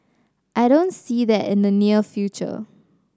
I don't see that in the near future